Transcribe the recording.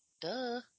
Duh